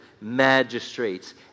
magistrates